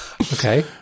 Okay